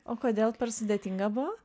o kodėl per sudėtinga buvo